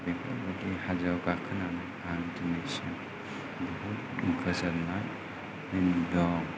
बेफोरबायदि हाजोआव गाखोनानै आं दिनैसिम बुहुत गोजोननाय दं